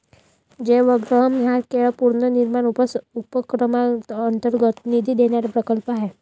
जयवग्रहम हा केरळ पुनर्निर्माण उपक्रमांतर्गत निधी देणारा प्रकल्प आहे